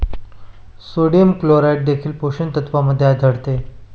sodium chloride देखील पोषक तत्वांमध्ये आढळते